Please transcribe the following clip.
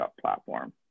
platform